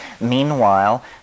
Meanwhile